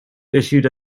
issued